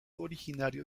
originario